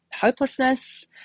hopelessness